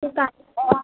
ঠিক আছে